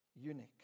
eunuch